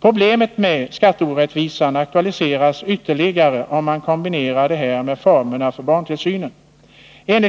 Problemet med skatteorättvisan aktualiseras ytterligare om man kombinerar det här med formerna för barntillsynen.